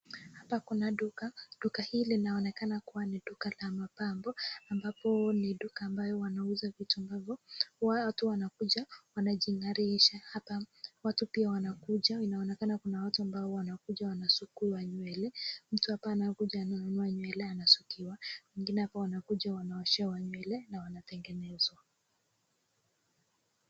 Hapa kuna duka, duka hili linaonekana ni duka la mapambo, ambapo ni duka ambayo wanauza vitu ambavyo watu wanakuja wanajing'arisha. Hapa watu pia wanakuja, inaonekana kuna watu wanakuja wasukwa nyele, mtu anakuja ananunua na kusukiwa nywele wengine wanakuja wanaoshewa nywele na wanatengenezwa.